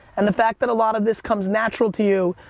and the fact that a lot of this comes natural to you,